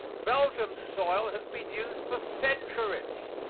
belgium's soil has been used for centuries,